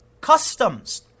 customs